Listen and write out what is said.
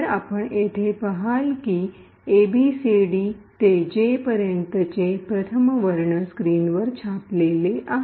तर आपण येथे पहाल की एबीसीडी ते जे पर्यंत चे प्रथम वर्ण स्क्रीनवर छापलेले आहेत